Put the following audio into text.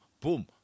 boom